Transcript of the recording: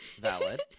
Valid